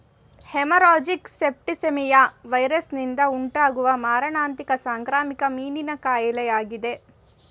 haemorrhagic septicaemia ವೈರಸ್ನಿಂದ ಉಂಟಾಗುವ ಮಾರಣಾಂತಿಕ ಸಾಂಕ್ರಾಮಿಕ ಮೀನಿನ ಕಾಯಿಲೆಯಾಗಿದೆ